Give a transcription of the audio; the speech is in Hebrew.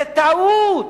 זה טעות.